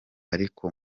ariko